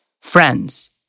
Friends